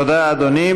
תודה, אדוני.